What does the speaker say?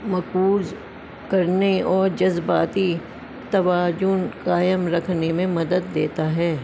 مرکوز کرنے اور جذباتی توازن قائم رکھنے میں مدد دیتا ہے